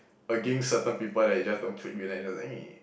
against certain people that he just don't click with then he just !ee!